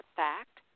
fact